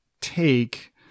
take